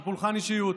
זה פולחן אישיות,